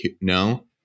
no